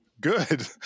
good